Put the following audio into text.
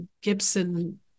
Gibson